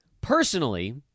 Personally